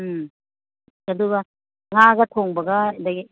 ꯎꯝ ꯑꯗꯨꯒ ꯉꯥꯒ ꯊꯣꯡꯕꯒ ꯑꯗꯒꯤ